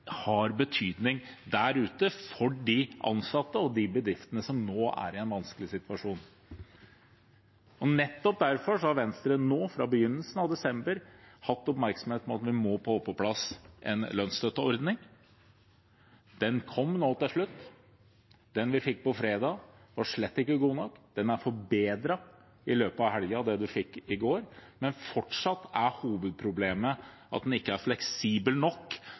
har betydning for de ansatte og de bedriftene som nå er i en vanskelig situasjon. Nettopp derfor har Venstre nå, fra begynnelsen av desember, hatt oppmerksomhet på at vi må få på plass en lønnsstøtteordning. Den kom til slutt. Den vi fikk på fredag, var slett ikke god nok. Den man fikk i går, er forbedret i løpet av helgen, men fortsatt er hovedproblemet at den ikke er fleksibel nok med hensyn til at bedrifter må kunne ha både permitteringer og lønnsstøtte samtidig. Endringen gjør nok